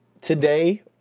today